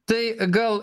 tai gal